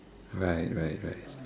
right right right